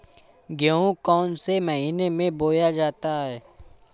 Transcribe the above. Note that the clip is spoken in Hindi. गेहूँ कौन से महीने में बोया जाता है?